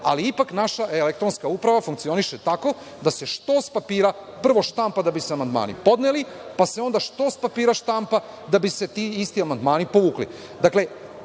ali ipak naša elektronska uprava funkcioniše tako da se štos papira prvo štampa da bi se amandmani podneli, pa se onda štos papira štampa da bi se ti isti amandmani povukli. Uprkos